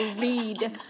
read